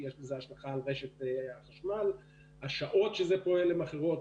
דבר שיש לו השלכה על רשת החשמל; והשעות שזה פועל הן אחרות.